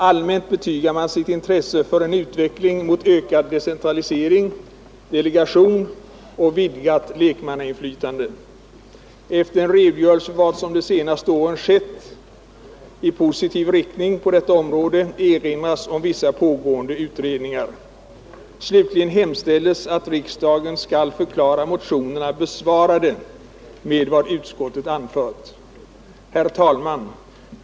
Allmänt betygar man sitt intresse för en utveckling mot ökad decentralisering, delegation och vidgat lekmannainflytande. Efter en redogörelse för vad som de senaste åren skett i positiv riktning på detta område erinras om vissa pågående utredningar. Slutligen hemställes att riksdagen skall förklara motionerna besvarade med vad utskottet anfört. Herr talman!